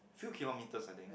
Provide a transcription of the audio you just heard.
few kilometers I think